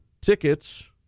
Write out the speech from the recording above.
tickets